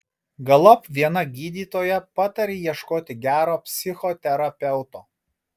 galop viena gydytoja patarė ieškoti gero psichoterapeuto